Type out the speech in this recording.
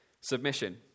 Submission